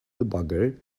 debugger